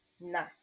Nah